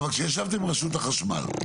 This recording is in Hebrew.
כשישבתם עם רשות החשמל ודיברתם על האסדרה.